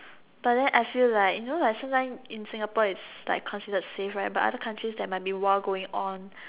but then I feel like you know like sometime in Singapore is like considered safe right but other countries there might be war going on